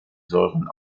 säuren